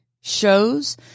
shows